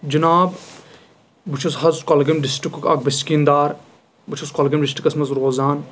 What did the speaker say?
حِناب بہٕ چھُس حظ کۄلگٲم ڈسٹرکُک اکھ بَسکِن دار بہٕ چھُس کۄلگٲم ڈِسٹرکس منٛز روزان